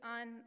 on